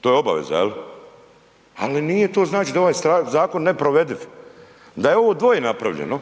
To je obaveza jel? Ali nije, to znači da je ovaj Zakon neprovediv, da je ovo dvoje napravljeno,